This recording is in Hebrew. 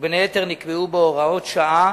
ובין היתר נקבעו בו הוראות שעה